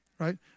Right